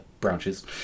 branches